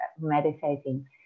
meditating